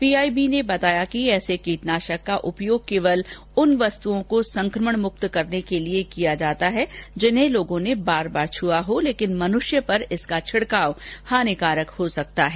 PIB ने बताया कि ऐसे कीटनाशक का उपयोग केवल उन वस्तुओं को संकमण मुक्त करने के लिए किया जाता है जिन्हें लोगों ने बार बार छुआ हो लेकिन मनुष्य पर इसका छिडकाव हानिकारक हो सकता है